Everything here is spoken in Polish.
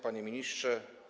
Panie Ministrze!